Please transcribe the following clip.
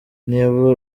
niba